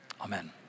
amen